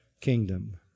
kingdom